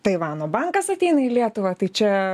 taivano bankas ateina į lietuvą tai čia